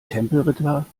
tempelritter